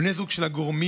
בני זוג של הגורמים,